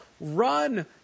run